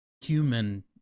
human